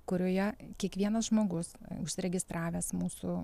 kurioje kiekvienas žmogus užsiregistravęs mūsų